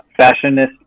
fashionist